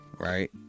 right